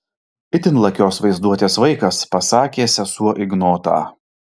itin lakios vaizduotės vaikas pasakė sesuo ignotą